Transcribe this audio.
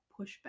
pushback